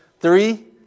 three